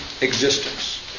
existence